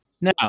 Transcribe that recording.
Now